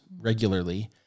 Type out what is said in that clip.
regularly